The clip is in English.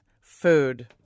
food